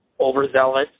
overzealous